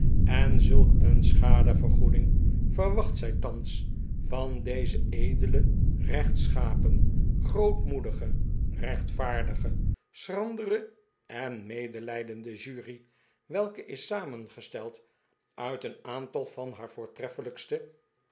en zulk een schade vergoeding verwacht zij thans van deze edele rechtschapen grootmoedige rechtvaardige schrandere en medelijdende jury welke is samengesteld uit een aantal van haar voortreffelijkste